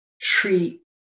treat